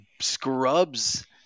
scrubs